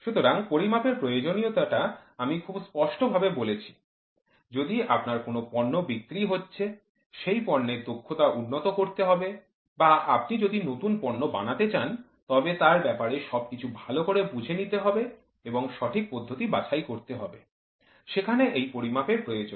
সুতরাং পরিমাপের প্রয়োজনীয়তা আমি খুব স্পষ্টভাবে বলেছি যদি আপনার কোন পণ্য বিক্রি হচ্ছে সেই পণ্যের দক্ষতা উন্নত করতে হবে বা আপনি যদি নতুন পণ্য বানাতে চান তবে তার ব্যাপারে সবকিছু ভালো করে বুঝে নিতে হবে এবং সঠিক পদ্ধতি বাছাই করতে হবে সেখানে এই পরিমাপের প্রয়োজন